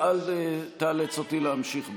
אל תאלץ אותי להמשיך בזה.